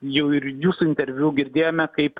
jau ir jūsų interviu girdėjome kaip